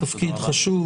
תפקיד חשוב,